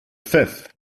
fifth